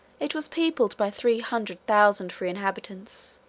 it was peopled by three hundred thousand free inhabitants,